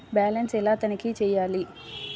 Balance ఎలా తనిఖీ చేయాలి?